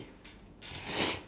was it yesterday